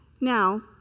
now